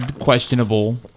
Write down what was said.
questionable